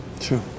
Sure